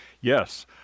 Yes